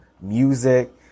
music